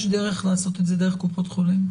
יש דרך לעשות את זה דרך קופות חולים?